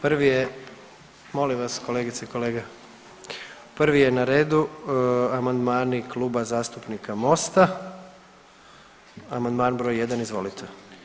Prvi je molim vas kolegice i kolege, prvi je na redu amandmani Klub zastupnika Mosta, amandman br. 1. Izvolite.